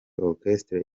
orchestre